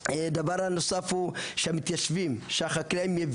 2. חיזוק ההבנה בקרב המתיישבים והחקלאים,